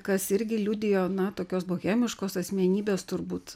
kas irgi liudijo na tokios bohemiškos asmenybės turbūt